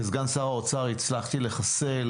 כסגן שר האוצר הצלחתי לחסל,